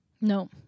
no